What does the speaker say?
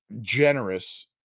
generous